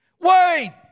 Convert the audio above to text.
Wayne